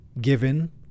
given